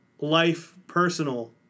life-personal